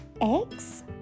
eggs